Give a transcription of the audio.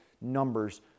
numbers